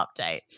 update